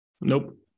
Nope